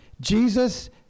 Jesus